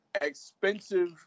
expensive